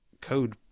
code